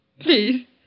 please